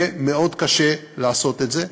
יהיה מאוד קשה לעשות את זה.